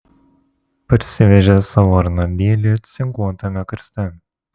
parsivežė savo arnoldėlį cinkuotame karste